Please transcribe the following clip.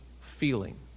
feeling